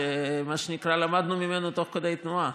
מה שנקרא למדנו ממנו תוך כדי תנועה.